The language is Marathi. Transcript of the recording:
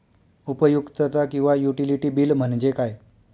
उपयुक्तता किंवा युटिलिटी बिल म्हणजे काय?